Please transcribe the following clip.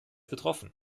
betroffen